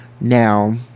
Now